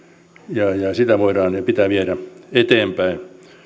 ja ja sitä voidaan ja pitää viedä eteenpäin